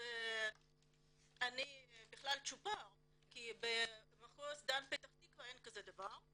שאני בכלל צ'ופר כי במחוז דן פתח תקווה אין כזה דבר.